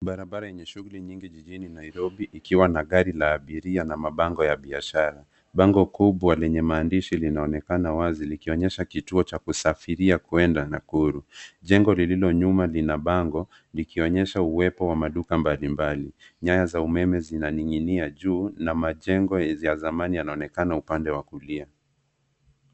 Barabara yenye shughuli nyingi jijini Nairobi ikiwa na gari la abiria na mabango ya biashara. Bango kubwa lenye maandishi linaonekana wazi likionyesha kituo cha kusafiria kwenda Nakuru. Jengo lililo nyuma lina bango likionyesha uwepo wa maduka mbalimbali. Nyaya za umeme zinaning'inia juu na majengo za zamani yanaonekana upande wa kulia.